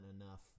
enough